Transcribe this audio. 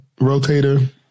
rotator